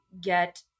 get